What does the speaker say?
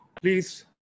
Please